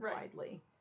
widely